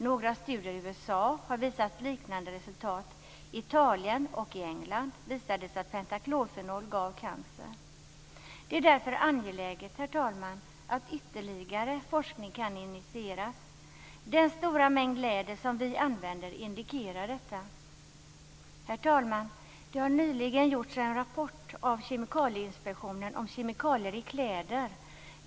Några studier i USA har visat liknande resultat. I Italien och England visade det sig att pentaklorfenol gav cancer. Det är därför angeläget, herr talman, att ytterligare forskning kan initieras. Den stora mängd läder som vi använder indikerar detta. Herr talman! Det har nyligen skrivits en rapport av Kemikalieinspektionen om kemikalier i kläder.